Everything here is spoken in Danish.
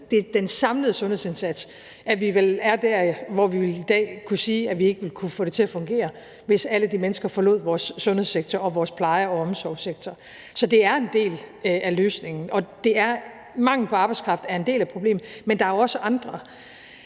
på den samlede sundhedsindsats, at vi vel er der, hvor vi i dag ville kunne sige, at vi ikke ville kunne få det til at fungere, hvis alle de mennesker forlod vores sundhedssektor og vores pleje- og omsorgssektor. Så det er en del af løsningen. Mangel på arbejdskraft er en del af problemet, men der er jo også andre,